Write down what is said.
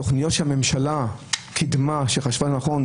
תכניות שהממשלה מצאה לנכון לקדם.